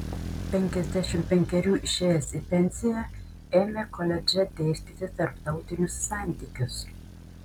penkiasdešimt penkerių išėjęs į pensiją ėmė koledže dėstyti tarptautinius santykius